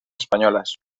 españolas